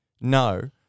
no